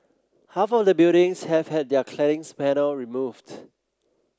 half of the buildings have had their claddings panel removed